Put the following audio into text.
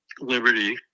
Liberty